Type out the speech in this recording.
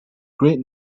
great